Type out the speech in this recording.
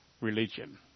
religion